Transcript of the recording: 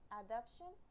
adoption